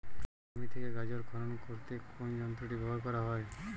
জমি থেকে গাজর খনন করতে কোন যন্ত্রটি ব্যবহার করা হয়?